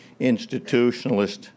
institutionalist